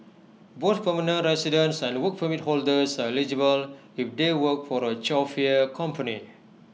both permanent residents and Work Permit holders are eligible if they work for A chauffeur company